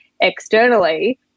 externally